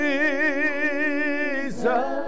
Jesus